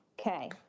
Okay